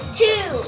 two